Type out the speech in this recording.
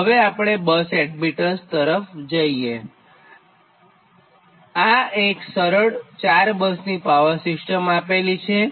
તો હવે આપણે બસ એડમીટન્સ તરફ જઇએતો આ એક સરળ 4 બસની પાવર સિસ્ટમ આપેલ છે